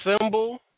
symbol